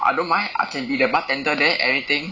I don't mind I can be the bartender there anything